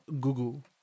Google